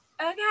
okay